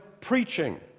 preaching